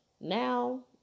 Now